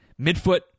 midfoot